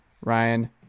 Ryan